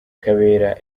kabera